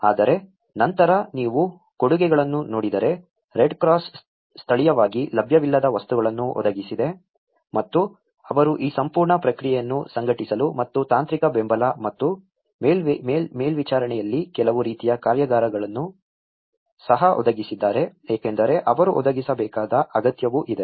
ಆದರೆ ನಂತರ ನೀವು ಕೊಡುಗೆಗಳನ್ನು ನೋಡಿದರೆ ರೆಡ್ಕ್ರಾಸ್ ಸ್ಥಳೀಯವಾಗಿ ಲಭ್ಯವಿಲ್ಲದ ವಸ್ತುಗಳನ್ನು ಒದಗಿಸಿದೆ ಮತ್ತು ಅವರು ಈ ಸಂಪೂರ್ಣ ಪ್ರಕ್ರಿಯೆಯನ್ನು ಸಂಘಟಿಸಲು ಮತ್ತು ತಾಂತ್ರಿಕ ಬೆಂಬಲ ಮತ್ತು ಮೇಲ್ವಿಚಾರಣೆಯಲ್ಲಿ ಕೆಲವು ರೀತಿಯ ಕಾರ್ಯಾಗಾರಗಳನ್ನು ಸಹ ಒದಗಿಸಿದ್ದಾರೆ ಏಕೆಂದರೆ ಅವರು ಒದಗಿಸಬೇಕಾದ ಅಗತ್ಯವೂ ಇದೆ